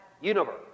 universe